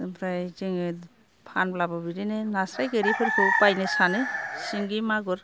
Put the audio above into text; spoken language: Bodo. ओमफ्राय जोङो फानब्लाबो बिदिनो नास्राय गोरिफोरखौ बायनो सानो सिंगि मागुर